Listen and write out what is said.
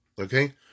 Okay